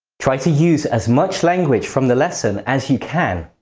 try to use as much language from the lesson as you can.